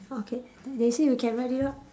okay they say we can wrap it up